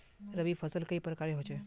रवि फसल कई प्रकार होचे?